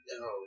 No